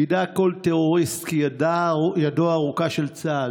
ידע כל טרוריסט כי ידם הארוכה של צה"ל